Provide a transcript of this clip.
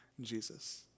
Jesus